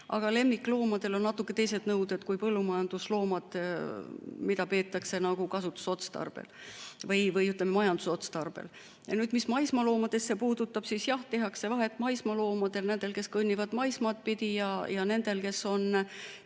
Aga lemmikloomade puhul on natuke teised nõuded kui põllumajandusloomadel, mida peetakse kasutusotstarbel või, ütleme, majandusotstarbel. Mis maismaaloomi puudutab, siis jah, tehakse vahet maismaaloomadel – nendel, kes kõnnivad maismaad pidi – ja nendel, kes on